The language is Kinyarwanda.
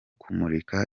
kumurika